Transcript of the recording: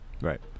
right